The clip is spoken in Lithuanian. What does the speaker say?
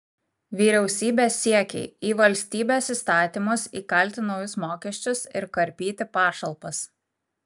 vyriausybės siekiai į valstybės įstatymus įkalti naujus mokesčius ir karpyti pašalpas